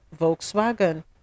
Volkswagen